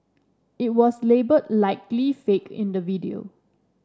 it was labelled Likely Fake in the video